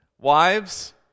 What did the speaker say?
wives